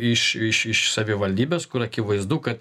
iš iš iš savivaldybės kur akivaizdu kad